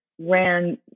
ran